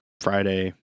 Friday